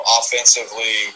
offensively